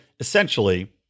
essentially